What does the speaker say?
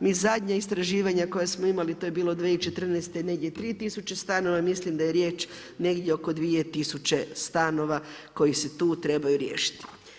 Mi zadnje istraživanje koje smo imali to je bilo 2014. negdje 3 tisuće stanova, mislim da je riječ negdje oko 2 tisuće stanova koji se tu trebaju riješiti.